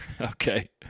Okay